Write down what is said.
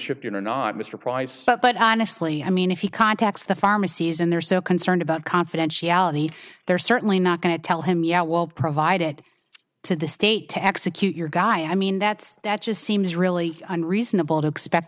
shifter not mr price but honestly i mean if he contacts the pharmacies and they're so concerned about confidentiality they're certainly not going to tell him yeah we'll provide it to the state to execute your guy i mean that's that just seems really unreasonable to expect